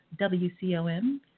WCOM